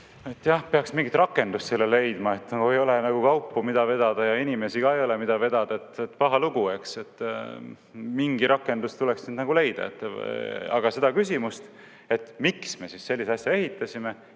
peaks mingi rakenduse sellele leidma. Ei ole nagu kaupa, mida vedada, ja inimesi ka ei ole, keda vedada, et paha lugu, eks, mingi rakendus tuleks nüüd nagu leida. Aga seda küsimust, et miks me siis sellise asja ehitasime,